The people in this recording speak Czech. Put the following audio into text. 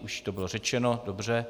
Už to bylo řečeno, dobře.